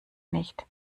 nicht